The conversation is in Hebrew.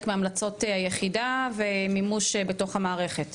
מהמלצות היחידה ומימוש בתוך המערכה.